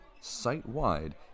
site-wide